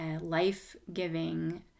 life-giving